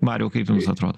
mariau kaip jums atrodo